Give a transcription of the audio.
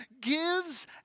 gives